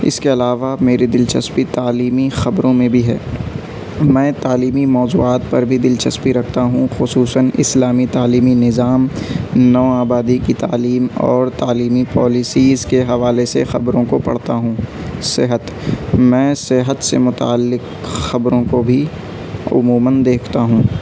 اس کے علاوہ میری دلچسپی تعلیمی خبروں میں بھی ہے میں تعلیمی موضوعات پر بھی دلچسپی رکھتا ہوں خصوصاً اسلامی تعلیمی نظام نو آبادی کی تعلیم اور تعلیمی پالیسیز کے حوالے سے خبروں کو پڑھتا ہوں صحت میں صحت سے متعلق خبروں کو بھی عموماً دیکھتا ہوں